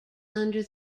under